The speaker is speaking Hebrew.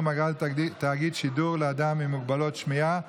אגרה לתאגיד השידור לאדם עם מוגבלות בשמיעה),